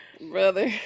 brother